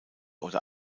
oder